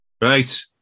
Right